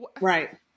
Right